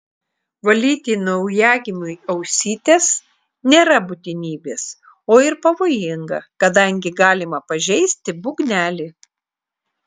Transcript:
valyti naujagimiui ausytes nėra būtinybės o ir pavojinga kadangi galima pažeisti būgnelį